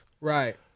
Right